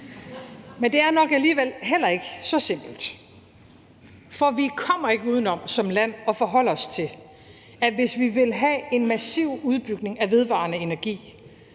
Men det er nok alligevel heller ikke så simpelt. For vi kommer ikke uden om som land at forholde os til, at hvis vi vil have en massiv udbygning af vedvarende energi,